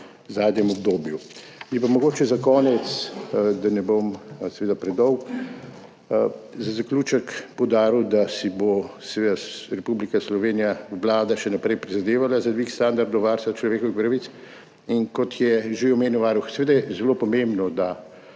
v zadnjem obdobju. Bi pa mogoče za konec, da ne bom seveda predolg, za zaključek poudaril, da si bo seveda Republika Slovenija, Vlada še naprej prizadevala za dvig standardov varstva človekovih pravic in, kot je že omenil varuh, seveda je zelo pomembno, da